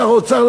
שר האוצר,